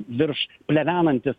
virš plevenantis